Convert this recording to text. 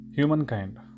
Humankind